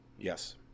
yes